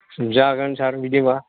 जागोन सार बिदिब्ला